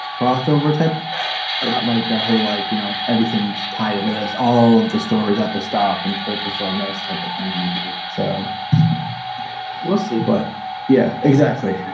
frost over tip i'd like a whole like you know everything's tight and it has all of the stories have to stop and focus on those type of thing so we'll see but yeah exactly